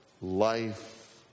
life